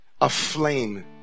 aflame